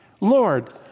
Lord